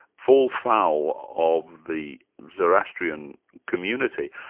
fall foul of the zoroastrian community,